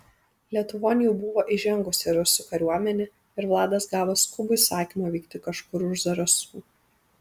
lietuvon jau buvo įžengusi rusų kariuomenė ir vladas gavo skubų įsakymą vykti kažkur už zarasų